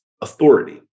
authority